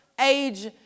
age